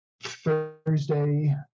Thursday